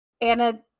Anna